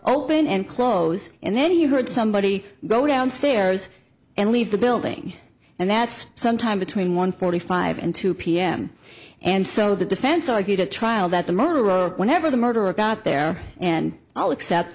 open and close and then you heard somebody go downstairs and leave the building and that's sometime between one forty five and two pm and so the defense argued at trial that the morrow or whenever the murderer got there and all except